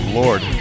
lord